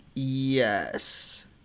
Yes